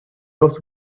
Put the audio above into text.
also